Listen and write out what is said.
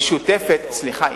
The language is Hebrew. משותפת סליחה,